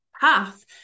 path